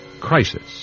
Crisis